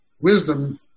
wisdom